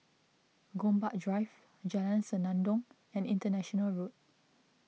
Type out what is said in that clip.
Gombak Drive Jalan Senandong and International Road